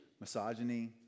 misogyny